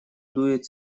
дует